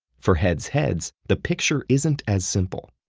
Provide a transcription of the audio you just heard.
for heads heads, the picture isn't as simple.